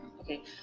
okay